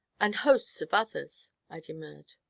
and hosts of others, i demurred.